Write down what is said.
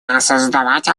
осознавать